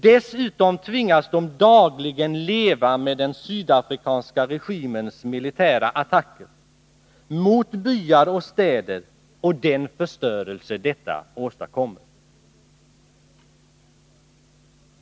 Dessutom tvingas de dagligen leva med den sydafrikanska regimens militära attacker mot byar och städer och den förstörelse detta åstadkommer.